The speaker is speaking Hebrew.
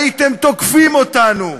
הייתם תוקפים אותנו,